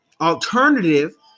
alternative